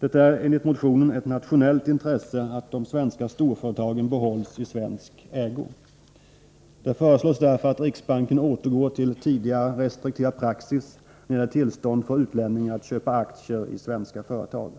Det är, enligt motionen, ett nationellt intresse att de svenska storföretagen behålls i svensk ägo. Därför föreslås det att riksbanken återgår till sin tidigare restriktiva praxis när det gäller tillstånd för utlänningar att köpa aktier i svenska företag.